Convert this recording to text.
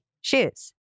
shoes